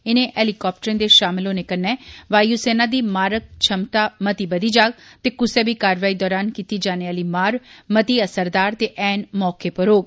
इनें हेलीकाप्टरें दे शामल होने कन्नै वायुसेना दी मारक छमता मती बधी जाग ते कुसै बी कारवाई दरान कीती जाने आली मार मती असरदार ते ऐन मौके पर होग